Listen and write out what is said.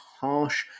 harsh